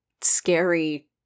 scary